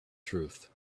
truth